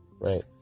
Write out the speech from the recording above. right